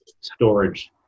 storage